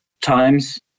times